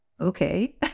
Okay